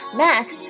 mass